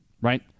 Right